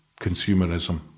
consumerism